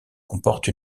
comporte